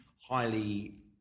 highly